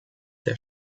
der